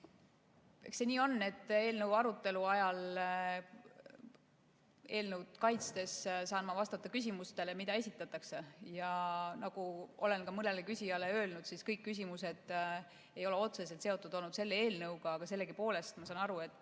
see nii on, et eelnõu arutelu ajal eelnõu kaitstes saan ma vastata küsimustele, mida esitatakse. Nagu olen ka mõnele küsijale öelnud, kõik küsimused ei ole otseselt seotud olnud selle eelnõuga, aga sellegipoolest, ma saan aru, on